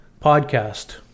Podcast